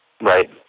Right